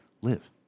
live